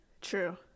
true